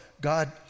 God